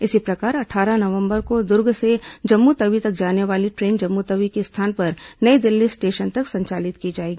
इसी प्रकार अट्ठारह नवंबर को दुर्ग से जम्मूतवी तक जाने वाली ट्रेन जम्मूतवी के स्थान पर नई दिल्ली स्टेशन तक संचालित की जाएगी